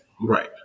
Right